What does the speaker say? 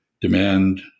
demand